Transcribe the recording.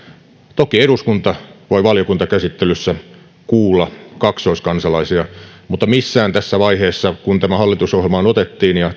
toki eduskunta voi valiokuntakäsittelyssä kuulla kaksoiskansalaisia mutta missään vaiheessa kun tämä hallitusohjelmaan otettiin ja